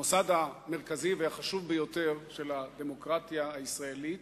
המוסד המרכזי והחשוב ביותר של הדמוקרטיה הישראלית